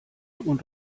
und